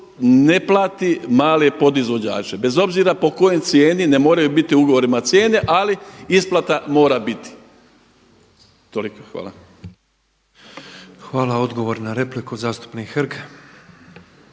ne plati male podizvođače, bez obzira po kojoj cijeni, ne moraju biti u ugovorima cijene ali isplata mora biti. Toliko, hvala. **Petrov, Božo (MOST)** Hvala. Odgovor na repliku zastupnik Hrg.